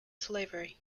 slavery